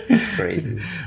crazy